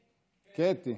קֶטי.